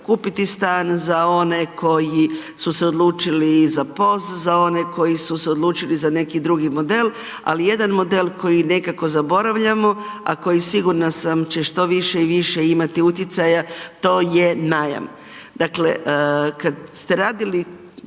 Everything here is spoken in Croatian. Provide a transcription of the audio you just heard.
kupiti stan, za one koji su se odlučili za POS za one koji su se odlučili za neki drugi model, a jedan model, koji nekako zaboravljamo, a koji sigurna sam, će što više i više imati utjecaja, to je najam. Dakle, kada ste radili,